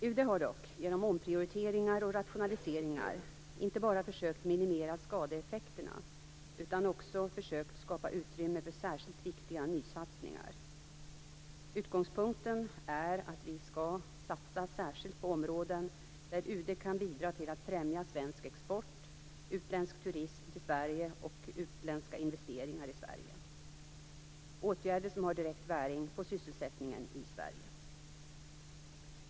UD har dock genom omprioriteringar och rationaliseringar inte bara försökt minimera skadeeffekterna utan också försökt skapa utrymme för särskilt viktiga nysatsningar. Utgångspunkten är att vi skall satsa särskilt på områden där UD kan bidra till att främja svensk export, utländsk turism till Sverige och utländska investeringar i Sverige, åtgärder som har direkt bäring på sysselsättningen i Sverige.